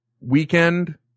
weekend